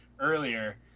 earlier